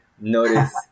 notice